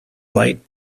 lighting